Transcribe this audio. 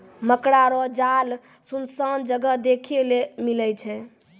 मकड़ा रो जाल सुनसान जगह देखै ले मिलै छै